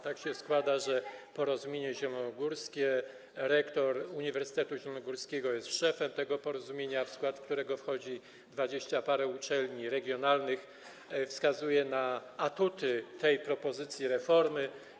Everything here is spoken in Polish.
Tak się składa, że Porozumienie Zielonogórskie, rektor Uniwersytetu Zielonogórskiego, jest szefem tego porozumienia, w którego skład wchodzi dwadzieścia parę uczelni regionalnych, wskazuje na atuty tej propozycji reformy.